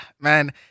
man